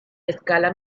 escala